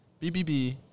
BBB